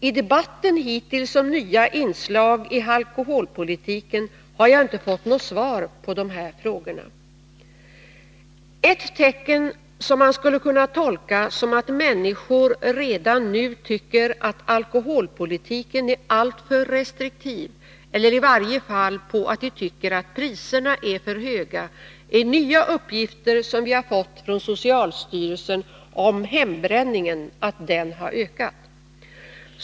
I debatten hittills om nya inslag i alkoholpolitiken har jag inte fått något svar på dessa frågor. Ett tecken som man skulle kunna tolka så att människor redan nu tycker att alkoholpolitiken är alltför restriktiv, eller i varje fall att priserna är för höga, är nya uppgifter som vi har fått från socialstyrelsen om att hembränningen har ökat.